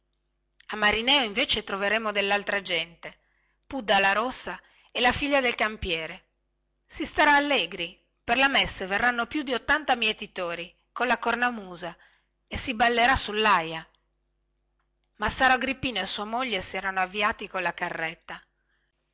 a marineo invece troveremo dellaltra gente pudda la rossa e la figlia del campiere si starà allegri per le messe verranno più di ottanta mietitori colla cornamusa e si ballerà sullaja massaro agrippino e sua moglie si erano avviati colla carretta